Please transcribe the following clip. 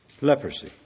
leprosy